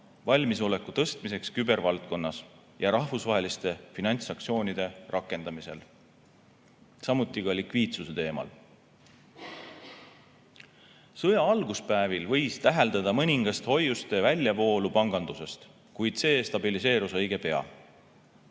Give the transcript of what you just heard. valmisoleku tõstmiseks kübervaldkonnas ja rahvusvaheliste finantssanktsioonide rakendamisel, samuti likviidsuse teemal. Sõja alguspäevil võis täheldada mõningast hoiuste väljavoolu pangandusest, kuid see stabiliseerus õige pea.